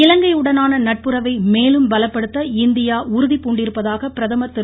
இலங்கை உடனான நட்புறவை மேலும் பலப்படுத்த இந்தியா உறுதிபூண்டிருப்பதாக பிரதமர் திரு